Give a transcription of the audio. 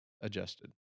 adjusted